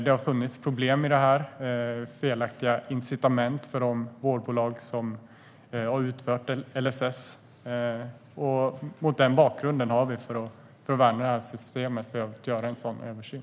Det har funnits problem i det här - felaktiga incitament för de vårdbolag som har utfört LSS. Mot den bakgrunden har vi, för att värna systemet, behövt göra en sådan översyn.